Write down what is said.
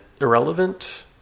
irrelevant